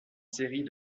série